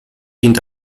dient